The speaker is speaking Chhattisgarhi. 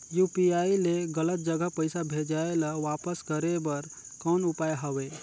यू.पी.आई ले गलत जगह पईसा भेजाय ल वापस करे बर कौन उपाय हवय?